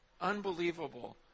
Unbelievable